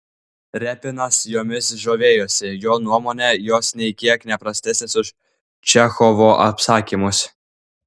repinas jomis žavėjosi jo nuomone jos nė kiek ne prastesnės už čechovo apsakymus